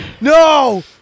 no